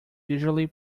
visually